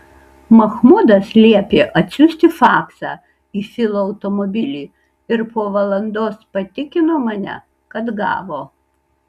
mahmudas liepė atsiųsti faksą į filo automobilį ir po valandos patikino mane kad gavo